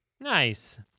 Nice